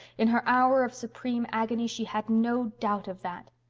in her hour of supreme agony she had no doubt of that.